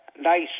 nice